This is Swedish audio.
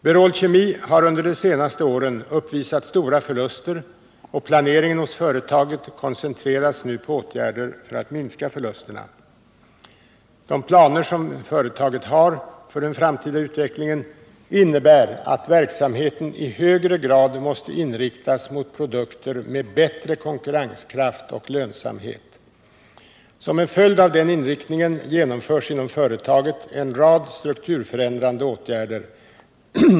Berol Kemi har under de senaste åren uppvisat stora förluster, och planeringen hos företaget koncentreras nu på åtgärder för att minska förlusterna. De planer som företaget har för den framtida utvecklingen innebär att verksamheten i högre grad måste inriktas mot produkter med bättre konkurrenskraft och lönsamhet. Som en följd av denna inriktning genomförs inom företaget en rad strukturförändrande åtgärder.